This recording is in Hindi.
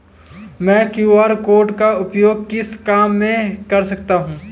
मैं क्यू.आर कोड का उपयोग किस काम में कर सकता हूं?